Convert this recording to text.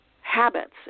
habits